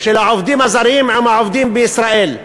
של העובדים הזרים עם העובדים בישראל.